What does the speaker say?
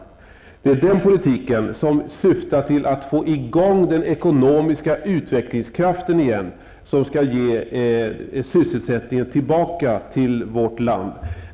Det är den politiken som syftar till att få i gång den ekonomiska utvecklingskraften igen, som skall ge sysselsättningen tillbaka till vårt land.